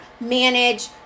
manage